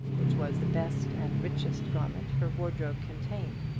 which was the best and richest garment her wardrobe contained.